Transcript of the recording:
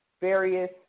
various